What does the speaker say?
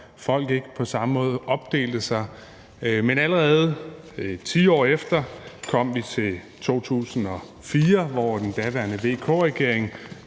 folk ikke på samme måde delte sig op. Men allerede 10 år efter, altså da vi kom til 2004, konstaterede den daværende VK-regering,